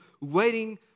waiting